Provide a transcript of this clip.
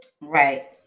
right